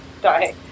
die